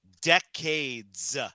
decades